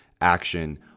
action